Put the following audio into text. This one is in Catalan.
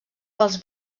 pels